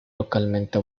localmente